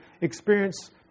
experience